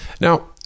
Now